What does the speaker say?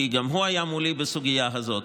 כי גם הוא היה מולי בסוגיה הזאת.